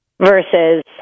versus